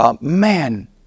man